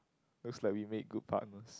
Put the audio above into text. looks like we make good partners